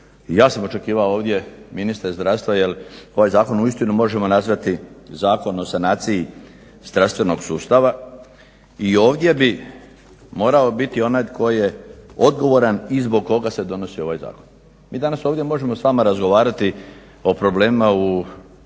ja sam očekivao ovdje ministra zdravstva jer ovaj zakon uistinu možemo nazvati Zakon o sanaciji zdravstvenog sustava i ovdje bi morao biti onaj tko je odgovoran i zbog koga se donosi ovaj zakon. Mi danas ovdje možemo s vama razgovarati o problemima u